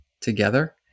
Together